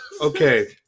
Okay